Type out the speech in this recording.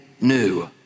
new